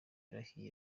yarahiye